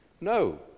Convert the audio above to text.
No